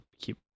keep